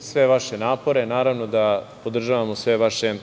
sve vaše napore, naravno da podržavamo sve vaše